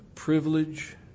Privilege